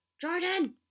Jordan